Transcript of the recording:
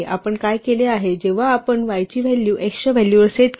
आपण काय केले जेव्हा आपण y ची व्हॅल्यू x च्या व्हॅल्यूवर सेट केली